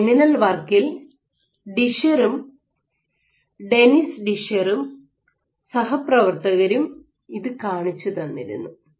ഒരു സെമിനൽ വർക്കിൽ ഡിഷറും ഡെന്നിസ് ഡിഷറും സഹപ്രവർത്തകരും ഇത് കാണിച്ചുതന്നിരുന്നു